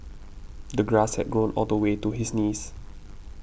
the grass had grown all the way to his knees